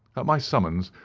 at my summons,